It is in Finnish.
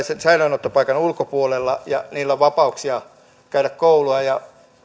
sen säilöönottopaikan ulkopuolella ja heillä on vapauksia käydä koulua ja